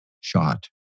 shot